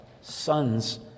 sons